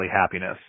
happiness